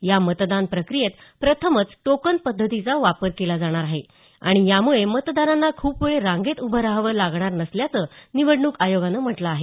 या मतदान प्रक्रियेत प्रथमच टोकन पद्धतीचा वापर केला जाणार आहे आणि यामुळे मदरांना खूप वेळ रांगेत उभं रहावं लागणार नसल्याचं निवडणूक आयोगानं म्हटलं आहे